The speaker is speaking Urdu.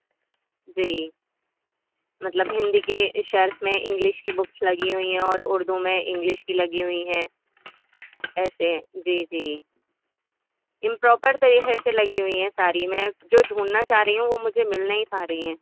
جی مطلب ہندی کے شرف میں انگلش کی بکس لگی ہوئی ہیں اور اردو میں انگلش کی لگی ہوئی ہیں ایسے جی جی امپراپر طریقے سے لگی ہوئی ہیں ساری میں جو ڈھونڈنا چاہ رہی ہوں وہ مجھے مل نہیں پا رہی ہیں